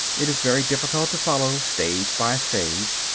it is very difficult to follow, stage by stage,